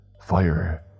Fire